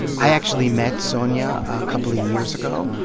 i actually met sonya a couple of years ago.